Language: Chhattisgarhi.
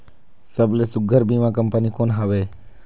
सबले सुघ्घर बीमा कंपनी कोन हवे?